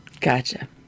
Gotcha